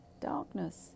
Darkness